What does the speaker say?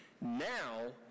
now